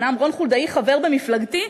אומנם רון חולדאי חבר במפלגתי,